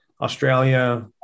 Australia